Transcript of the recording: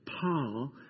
Paul